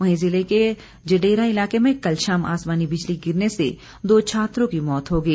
वहीं जिले के जड़ेरा इलाके में कल शाम आसमानी बिजली गिरने से दो छात्रों की मौत हो गई